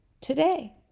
today